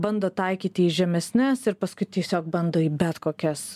bando taikyti į žemesnes ir paskui tiesiog bando į bet kokias